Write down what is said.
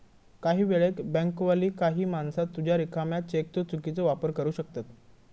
काही वेळेक बँकवाली काही माणसा तुझ्या रिकाम्या चेकचो चुकीचो वापर करू शकतत